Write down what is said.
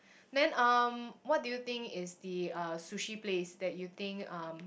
then um what do you think is the uh sushi place that you think um